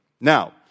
Now